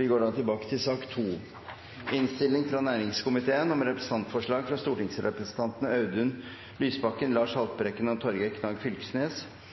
Vi går da tilbake til sak nr. 2. Etter ønske fra næringskomiteen vil presidenten foreslå at taletiden blir begrenset til 5 minutter til hver partigruppe og